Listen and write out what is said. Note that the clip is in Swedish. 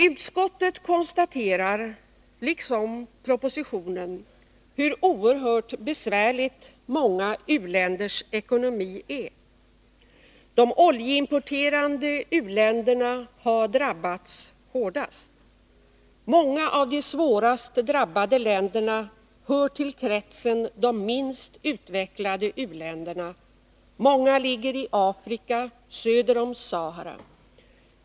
Utskottet konstaterar, liksom departementschefen i propositionen, hur oerhört besvärlig många u-länders ekonomi är. De oljeimporterande u-länderna har drabbats hårdast. Många av de svårast drabbade länderna hör till kretsen de minst utvecklade u-länderna, många ligger i Afrika söder om Sahara.